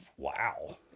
Wow